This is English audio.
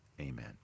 Amen